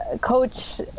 coach